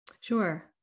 Sure